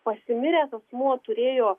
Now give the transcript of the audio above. pasimiręs asmuo turėjo